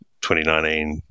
2019